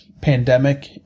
Pandemic